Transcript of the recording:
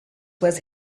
was